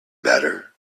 matter